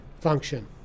function